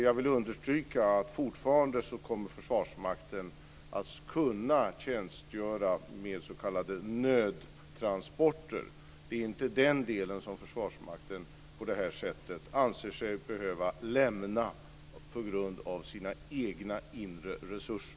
Jag vill understryka att Försvarsmakten fortfarande kommer att kunna tjänstgöra med s.k. nödtransporter. Det är inte den delen som Försvarsmakten på det här sättet anser sig behöva lämna på grund av sina egna inre resurser.